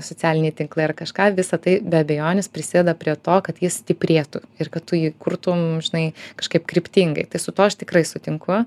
socialiniai tinklai ar kažką visa tai be abejonės prisideda prie to kad jis stiprėtų ir kad tu jį kurtum žinai kažkaip kryptingai tai su tuo aš tikrai sutinku